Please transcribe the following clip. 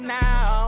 now